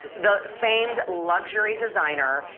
the famed luxury designer,